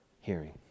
hearing